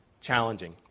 challenging